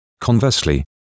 Conversely